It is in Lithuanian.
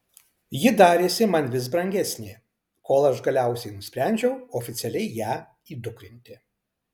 ji darėsi man vis brangesnė kol aš galiausiai nusprendžiau oficialiai ją įdukrinti